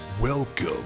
Welcome